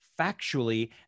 factually